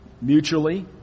Mutually